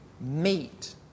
meet